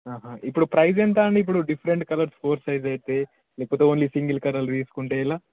ఇప్పుడు ప్రైస్ ఎంత అండి ఇప్పుడు డిఫరెంట్ కలర్స్ ఫోర్ సైడ్స్ అయితే ఇప్పుడు ఓన్లీ సింగల్ కలర్ తీసుకుంటే ఎలా